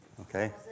Okay